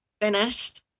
finished